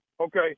Okay